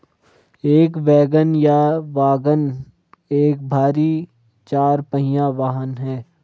एक वैगन या वाग्गन एक भारी चार पहिया वाहन है